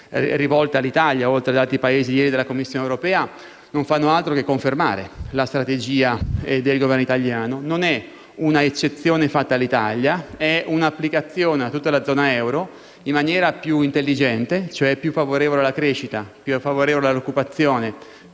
rivolte all'Italia oltre che ad altri Paesi della Commissione europea non fanno altro che confermare la strategia del Governo italiano - non è un'eccezione fatta all'Italia, ma un'applicazione a tutta la zona euro, in maniera più intelligente, cioè più favorevole alla crescita, all'occupazione